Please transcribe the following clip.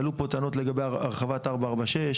עלו פה טענות לגבי הרחבת 446,